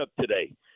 today